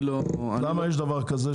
למה יש דבר כזה,